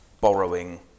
borrowing